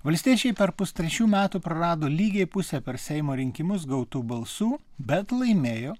valstiečiai per pustrečių metų prarado lygiai pusę per seimo rinkimus gautų balsų bet laimėjo